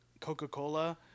Coca-Cola